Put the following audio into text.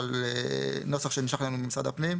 אבל זה הנוסח שנשלח אלינו ממשרד הפנים: